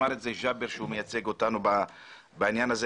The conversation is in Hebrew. כמו שאמר ג'אבר שמייצג אותנו בעניין הזה,